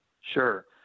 Sure